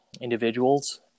individuals